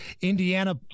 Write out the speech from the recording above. Indiana